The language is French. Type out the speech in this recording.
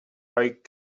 avec